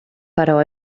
però